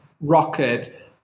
rocket